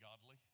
godly